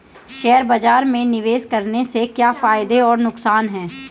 Share बाज़ार में निवेश करने के क्या फायदे और नुकसान हैं?